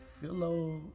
Philo